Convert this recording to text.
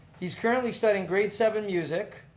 he's currently studying grade seven music,